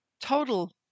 total